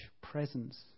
presence